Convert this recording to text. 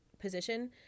position